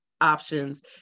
options